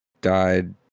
died